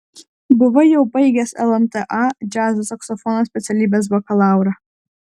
buvai jau baigęs lmta džiazo saksofono specialybės bakalaurą